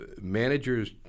managers